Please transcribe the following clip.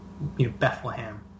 Bethlehem